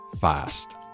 fast